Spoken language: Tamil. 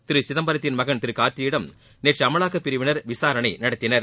திரு சிதம்பரத்தின் மகன் திரு கார்த்தியிடம் நேற்று அமலாக்க பிரிவினர் விசாரணை நடத்தினர்